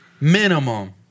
minimum